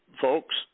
Folks